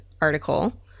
article